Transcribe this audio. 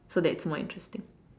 so that's more interesting